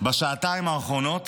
בשעתיים האחרונות